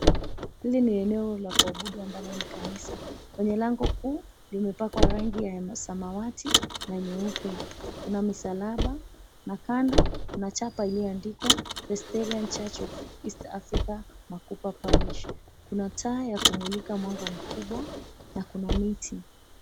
Hili ni eneo la kuabudu ambalo ni kanisa, kwenye lango kuu limepakwa rangi ya samawati na nyeupe. Kuna misalaba na kando kuna chapa iliyoandikwa Pesterian Church of East Africa Makupa Parish. Kuna taa ya kumulika mwanga mkubwa na kuna miti.